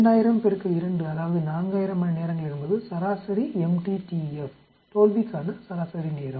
ஆகவே 2000 2 அதாவது 4000 மணிநேரங்கள் என்பது சராசரி MTTF தோல்விக்கான சராசரி நேரம்